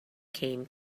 came